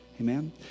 amen